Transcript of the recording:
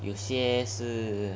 有些是